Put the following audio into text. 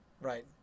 Right